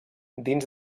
dins